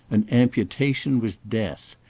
and amputation was death.